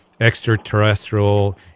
extraterrestrial